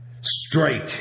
strike